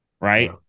right